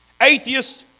atheists